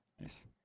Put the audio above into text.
nice